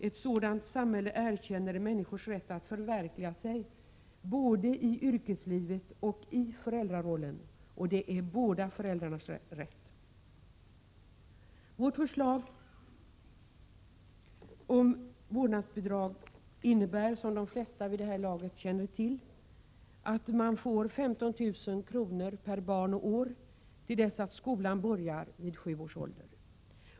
Ett sådant samhälle erkänner människors rätt att förverkliga sig både i yrkeslivet och i föräldrarollen — båda föräldrarnas rätt. Vårt förslag om vårdnadsbidrag innebär, som de flesta vid det här laget känner till, att man får 15 000 kr. per barn och år till dess att skolan börjar vid sju års ålder.